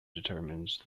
determines